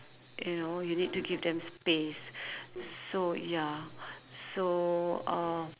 you know you need to give them space so ya so uh